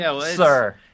sir